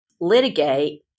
litigate